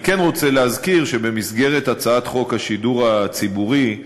אני כן רוצה להזכיר שבמסגרת הצעת חוק השידור הציבורי,